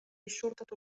الشرطة